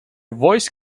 voice